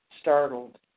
startled